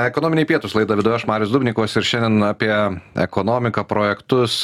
ekonominiai pietūs laidą vedu aš marius dubnikovas ir šiandien apie ekonomiką projektus